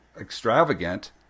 extravagant